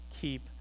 keep